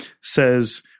says